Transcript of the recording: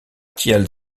tielle